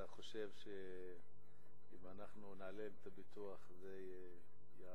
אתה חושב שאם אנחנו נעלה את הביטוח זה יעזור?